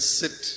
sit